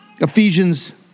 Ephesians